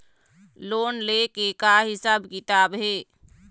Loan ले के का हिसाब किताब हे?